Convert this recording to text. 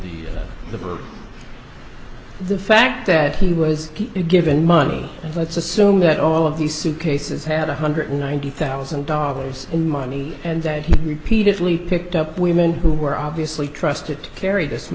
liver the fact that he was given money and let's assume that all of these suitcases had one hundred ninety thousand dollars in money and that he repeatedly picked up women who were obviously trusted to carry this